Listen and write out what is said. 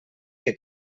que